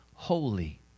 Holy